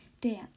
dance